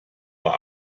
war